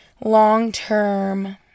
long-term